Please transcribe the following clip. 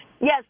yes